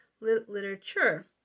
literature